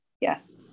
Yes